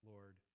Lord